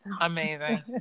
amazing